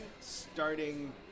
starting